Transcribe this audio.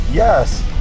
Yes